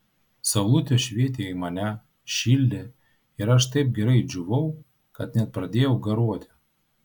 saulutė švietė į mane šildė ir aš taip gerai džiūvau kad net pradėjau garuoti